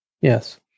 Yes